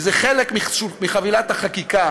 וזה חלק מחבילת החקיקה